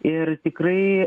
ir tikrai